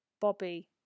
Bobby